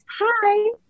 Hi